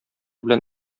белән